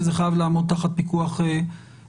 וזה חייב לעמוד תחת פיקוח פרלמנטרי.